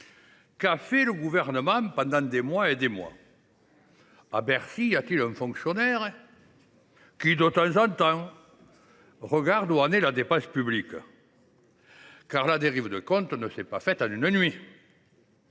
Qu’a fait le Gouvernement pendant des mois et des mois ? À Bercy, y a t il un fonctionnaire qui, de temps en temps, regarde où en est la dépense publique ? Les comptes n’ont pas dérivé en une nuit